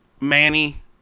Manny